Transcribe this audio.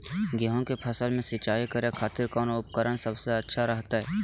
गेहूं के फसल में सिंचाई करे खातिर कौन उपकरण सबसे अच्छा रहतय?